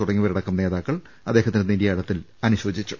P തുടങ്ങിയവരടക്കം നേതാക്കൾ അദ്ദേഹത്തിന്റെ നിര്യാണത്തിൽ അനുശോചിച്ചു